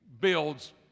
builds